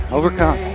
overcome